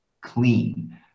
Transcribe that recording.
clean